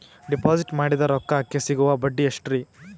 Deposit ಮಾಡಿದ ರೊಕ್ಕಕೆ ಸಿಗುವ ಬಡ್ಡಿ ಎಷ್ಟ್ರೀ?